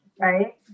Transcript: right